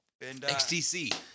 xtc